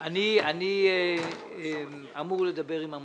אני רק אומר את זה לפרוטוקול.